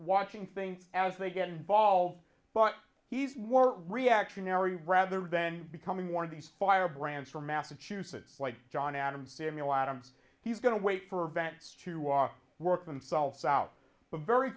watching things as they get involved but he's more reactionary rather than becoming one of these firebrands from massachusetts like john adams samuel adams he's going to wait for banks to work themselves out very